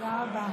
תודה רבה.